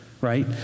right